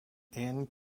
and